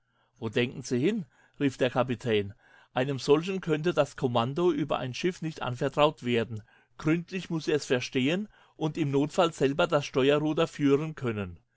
wo denken sie hin rief der kapitän einem solchen könnte das kommando über ein schiff nicht anvertraut werden gründlich muß er's verstehen und im notfall selber das steuerruder führen können